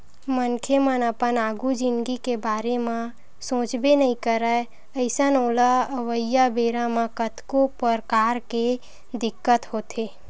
मनखे मन अपन आघु जिनगी के बारे म सोचबे नइ करय अइसन ओला अवइया बेरा म कतको परकार के दिक्कत होथे